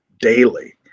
daily